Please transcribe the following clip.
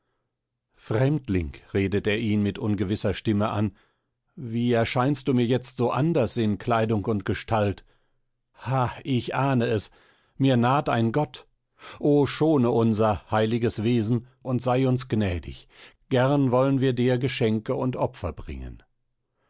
fremdling redete er ihn mit ungewisser stimme an wie erscheinst du mir jetzt so anders in kleidung und gestalt ha ich ahne es mir naht ein gott o schone unser heiliges wesen und sei uns gnädig gern wollen wir dir geschenke und opfer bringen